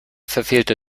verfehlte